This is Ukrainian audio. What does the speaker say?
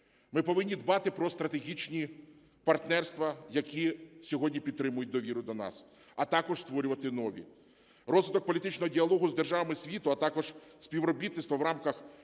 Ми повинні дбати про стратегічні партнерства, які сьогодні підтримують довіру до нас, а також створювати нові. Розвиток політичного діалогу з державами світу, а також співробітництво в рамках